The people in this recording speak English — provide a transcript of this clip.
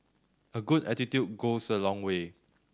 a good attitude goes a long way